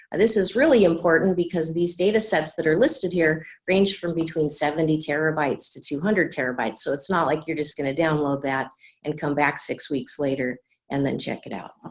this is really important because these data sets that are listed here range from between seventy terabytes to two hundred terabytes so it's not like you're just going to download that and come back six weeks later and then check it out.